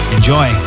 Enjoy